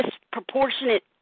disproportionate